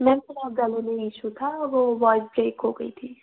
ma'am वो बहुत ज्यादा नहीं इशू था वो वॉइस क्रेक हो गयी थी